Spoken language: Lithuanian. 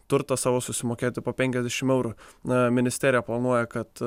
turtą savo susimokėti po penkiasdešimt eurų na ministerija planuoja kad